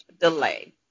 delay